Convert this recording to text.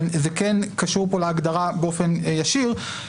אבל זה כן קשור פה להגדרה באופן ישיר,